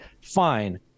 fine